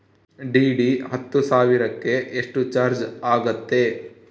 DD ಹತ್ತು ಸಾವಿರಕ್ಕೆ ಎಷ್ಟು ಚಾಜ್೯ ಆಗತ್ತೆ?